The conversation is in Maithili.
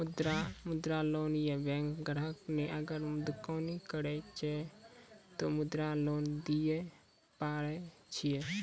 मुद्रा लोन ये बैंक ग्राहक ने अगर दुकानी करे छै ते मुद्रा लोन लिए पारे छेयै?